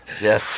Yes